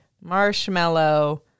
Marshmallow